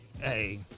Hey